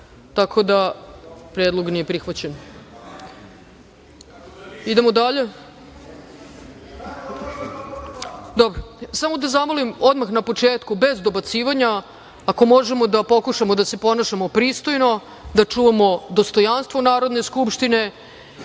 poslanika. Predlog nije prihvaćen. Samo da zamolim odmah na početku bez dobacivanja. Ako možemo da pokušamo da se ponašamo pristojno, da čuvamo dostojanstvo Narodne skupštine. Svi